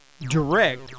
direct